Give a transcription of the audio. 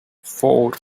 four